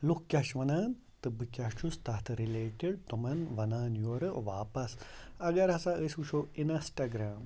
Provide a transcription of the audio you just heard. لُکھ کیٛاہ چھِ وَنان تہٕ بہٕ کیٛاہ چھُس تَتھ رٕلیٹٕڈ تِمَن وَنان یورٕ واپَس اَگر ہسا أسۍ وٕچھو اِنَسٹاگرٛام